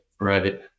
Right